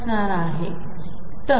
असणार आहे